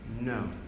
No